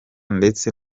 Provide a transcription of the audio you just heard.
ndetse